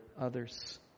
others